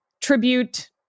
tribute